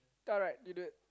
alright you do it